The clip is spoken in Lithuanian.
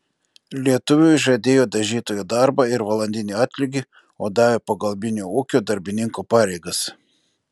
lietuviui žadėjo dažytojo darbą ir valandinį atlygį o davė pagalbinio ūkio darbininko pareigas